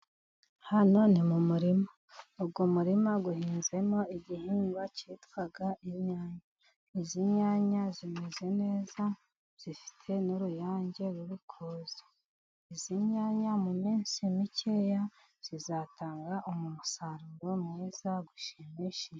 Hano ni mu murima, uyu murima uhinzemo igihingwa cyitwa inyanya. Izi nyanya zimeze neza zifite n'uruyange ruri kuza. Izi nyanya mu minsi mikeya zizatanga umusaruro mwiza ushimishije.